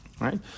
right